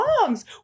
songs